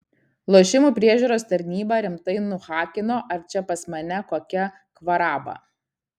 lošimų priežiūros tarnybą rimtai nuhakino ar čia pas mane kokia kvaraba